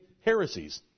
heresies